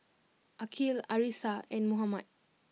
Aqil Arissa and Muhammad